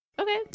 Okay